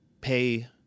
pay